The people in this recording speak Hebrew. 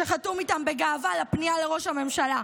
שחתום איתן בגאווה על הפנייה לראש הממשלה,